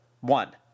One